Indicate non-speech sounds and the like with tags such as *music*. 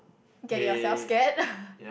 get yourself scared *laughs*